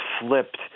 flipped